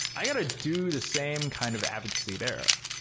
i got to do the same kind of advocacy there.